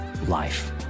Life